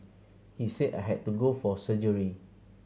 he said I had to go for surgery